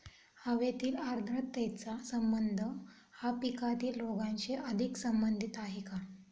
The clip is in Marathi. हवेतील आर्द्रतेचा संबंध हा पिकातील रोगांशी अधिक संबंधित आहे का?